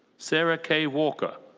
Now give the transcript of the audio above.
sarah-kay walker.